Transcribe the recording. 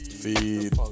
feed